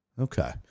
okay